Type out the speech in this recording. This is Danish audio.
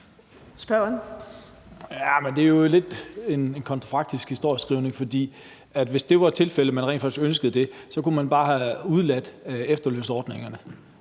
Det er jo lidt en kontrafaktisk historieskrivning, for hvis det var tilfældet, at man rent faktisk ønskede det, så kunne man bare have udeladt efterlønsordningen,